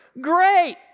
great